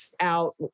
out